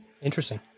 Interesting